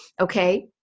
okay